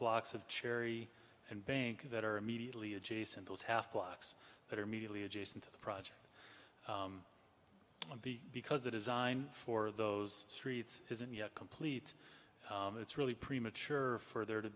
blocks of cherry and bank that are immediately adjacent those half blocks that are mediately adjacent to the project m b because the design for those streets isn't yet complete it's really premature for there to